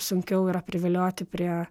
sunkiau yra privilioti prie